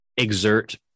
Exert